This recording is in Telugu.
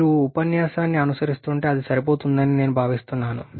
మీరు ఉపన్యాసాన్ని అనుసరిస్తుంటే అది సరిపోతుందని నేను భావిస్తున్నాను